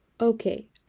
Okay